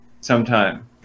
sometime